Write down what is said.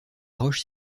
roche